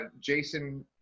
Jason